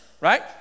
right